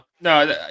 No